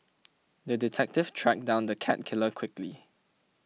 the detective tracked down the cat killer quickly